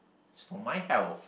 it's for my health